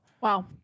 wow